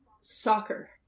Soccer